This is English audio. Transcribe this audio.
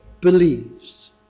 believes